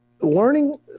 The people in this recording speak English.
learning